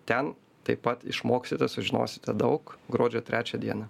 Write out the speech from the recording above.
ten taip pat išmoksite sužinosite daug gruodžio trečią dieną